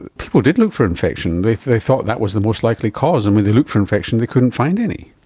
people did look for infection, they they thought that was the most likely cause. and when they looked for infection and they couldn't find any.